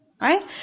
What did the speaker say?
Right